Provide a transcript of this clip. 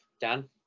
Dan